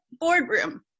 boardroom